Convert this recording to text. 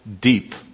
Deep